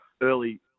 early